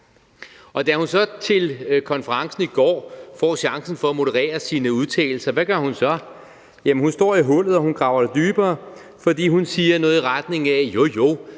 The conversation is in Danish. Da hun så til konferencen i går får chancen for at moderere sine udtalelser, hvad gør hun så? Hun står i hullet og graver det dybere, for hun siger noget i retning af: Jo, jo,